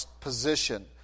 position